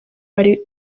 bari